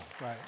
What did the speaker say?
right